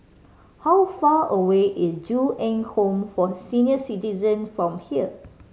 how far away is Ju Eng Home for Senior Citizen from here